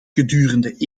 gedurende